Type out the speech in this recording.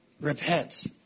Repent